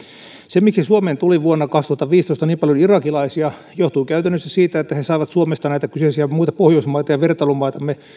se miksi suomeen tuli vuonna kaksituhattaviisitoista niin paljon irakilaisia johtuu käytännössä siitä että he saivat suomesta näitä kyseisiä muita pohjoismaita ja vertailumaitamme